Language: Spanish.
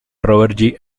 robert